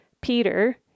Peter